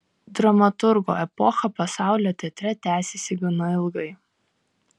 dramaturgo epocha pasaulio teatre tęsėsi gana ilgai